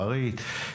פריט.